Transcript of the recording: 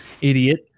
Idiot